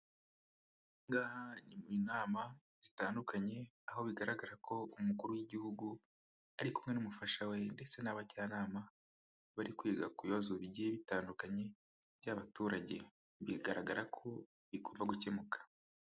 Ahangaha ni mu nama zitandukanye, aho bigaragara ko umukuru w'igihugu ari kumwe n'umufasha we ndetse n'abajyanama bari kwiga ku bibazo bigiye bitandukanye by'abaturage, bigaragara ko bigomba gukemuka.